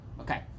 Okay